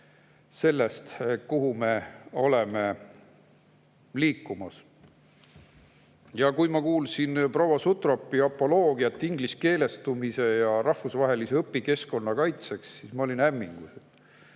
sellest, kuhu me oleme liikumas. Ja kui ma kuulsin proua Sutropi apoloogiat ingliskeelestumise ja rahvusvahelise õpikeskkonna kaitseks, siis ma olin hämmingus.